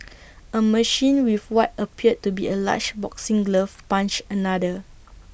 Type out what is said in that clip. A machine with what appeared to be A large boxing glove punched another